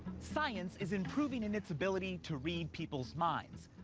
science is improving in its ability to read people's minds.